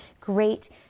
great